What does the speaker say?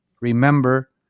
remember